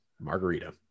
margarita